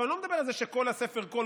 אני לא מדבר על זה שהספר כל-כולו